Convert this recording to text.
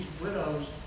widows